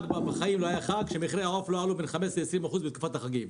בחיים לא היה חג שבו מחירי העוף לא עלו ב- 15%-20% בתקופת החגים.